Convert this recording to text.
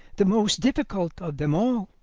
the most difficult of them all.